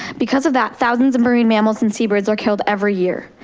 because of that, thousands of marine mammals and seabirds are killed every year.